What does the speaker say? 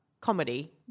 comedy